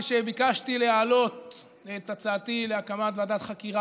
כשביקשתי להעלות את הצעתי להקמת ועדת חקירה